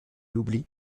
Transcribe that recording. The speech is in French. l’oubli